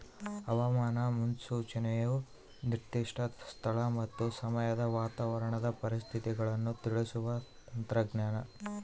ಹವಾಮಾನ ಮುನ್ಸೂಚನೆಯು ನಿರ್ದಿಷ್ಟ ಸ್ಥಳ ಮತ್ತು ಸಮಯದ ವಾತಾವರಣದ ಪರಿಸ್ಥಿತಿಗಳನ್ನು ತಿಳಿಸುವ ತಂತ್ರಜ್ಞಾನ